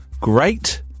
Great